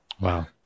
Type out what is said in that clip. Wow